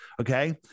Okay